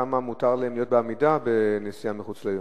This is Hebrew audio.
כמה מותר להם להסיע בעמידה בנסיעה מחוץ לעיר.